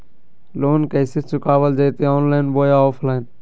Loan कैसे चुकाबल जयते ऑनलाइन बोया ऑफलाइन?